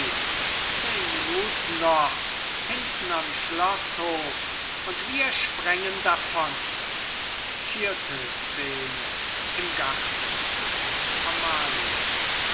zehn minuten noch hinten am schloßhof und wir sprengen davon vierte scene im garten amalia